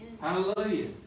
Hallelujah